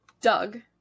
Doug